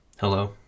Hello